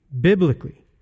biblically